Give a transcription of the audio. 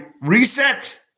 reset